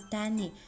Danny